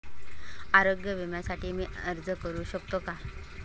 आरोग्य विम्यासाठी मी अर्ज करु शकतो का?